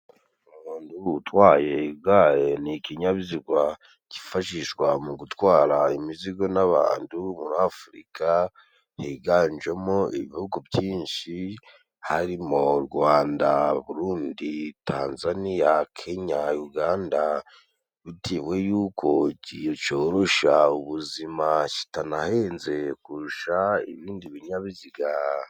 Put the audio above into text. Umundu utwaye igare ni ikinyabiziga cyifashishwa mu gutwara imizigo n'abandu muri afurika higanjemo ibihugu byinshi harimo: Rwanda, Burundi , Tanzaniya, kenya, Uganda, bitewe y'uko igi corosha ubuzima kitanahenze kurusha ibindi binyabiziga.